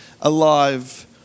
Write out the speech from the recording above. alive